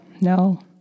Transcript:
no